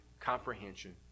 comprehension